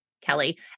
Kelly